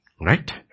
Right